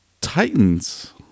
Titans